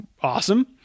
Awesome